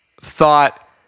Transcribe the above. thought